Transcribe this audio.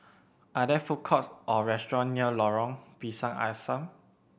are there food courts or restaurants near Lorong Pisang Asam